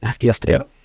Yesterday